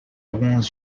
alguns